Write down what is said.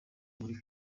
muri